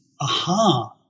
aha